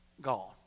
gone